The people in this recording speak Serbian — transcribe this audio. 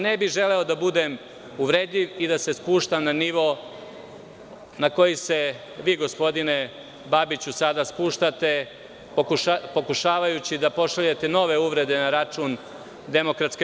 Ne bih želeo da budem uvredljiv i da se spuštam na nivo na koji se vi gospodine Babiću sada spuštate, pokušavajući da pošaljete nove uvrede na račun DS.